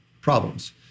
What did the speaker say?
problems